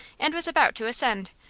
and was about to ascend,